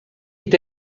est